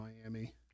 Miami